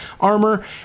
armor